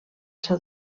seu